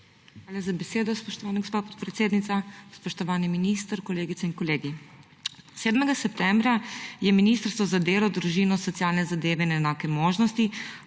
Hvala za besedo, spoštovana gospa podpredsednica. Spoštovani minister, kolegice in kolegi! 7. septembra je Ministrstvo za delo, družino, socialne zadeve in enake možnosti